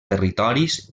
territoris